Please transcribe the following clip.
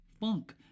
funk